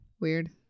Weird